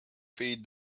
feed